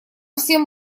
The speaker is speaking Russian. всем